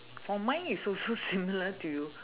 for mine is also similar to you